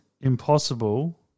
impossible